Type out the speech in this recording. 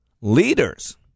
Leaders